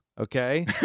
okay